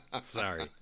Sorry